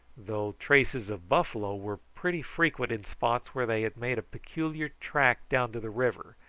though traces of buffalo were pretty frequent in spots where they had made a peculiar track down to the river,